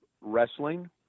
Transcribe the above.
wrestling